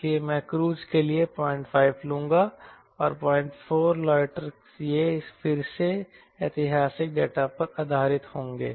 इसलिए मैं क्रूज़ के लिए 05 लूंगा और 04 लोटर ये फिर से ऐतिहासिक डेटा पर आधारित होंगे